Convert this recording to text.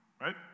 right